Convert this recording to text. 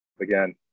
again